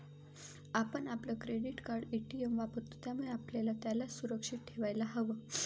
आपण आपलं credit card, ATM वापरतो, त्यामुळे आपल्याला त्याला सुरक्षित ठेवायला हव